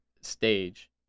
stage